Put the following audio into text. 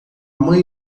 mãe